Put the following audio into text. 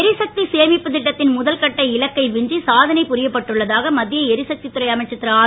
எரிசக்தி சேமிப்புத் தட்டத்தின் முதல் கட்ட இலக்கை விஞ்சி சாதனை புரியப்பட்டுள்ளதாக மத்திய எரிசக்தி துறை அமைச்சர் திருஆர்